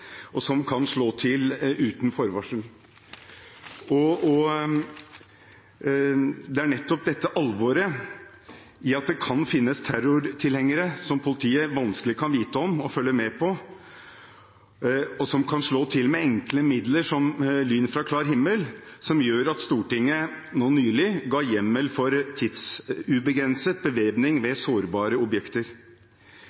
og som kan slå til uten forvarsel. Det er nettopp dette alvoret, at det kan finnes terrortilhengere som politiet vanskelig kan vite om og følge med på, og som kan slå til med enkle midler som lyn fra klar himmel, som gjør at Stortinget nå nylig ga hjemmel for tidsubegrenset bevæpning ved